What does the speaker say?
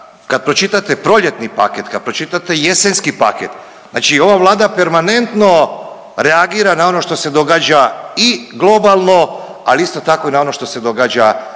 kad pročitate proljetni paket, kad pročitate jesenski paket znači ova Vlada permanentno reagira na ono što se događa i globalno, ali isto tako i na ono što se događa